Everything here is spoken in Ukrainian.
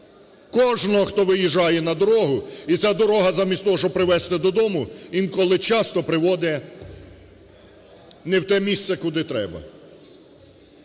Кожного, хто виїжджає на дорогу і ця дорога замість того, щоб привести додому, інколи часто приводить не в те місце, куди треба.